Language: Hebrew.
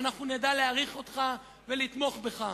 ואנחנו נדע להעריך אותך ולתמוך בך,